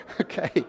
okay